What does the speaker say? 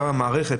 גם אם המערכת,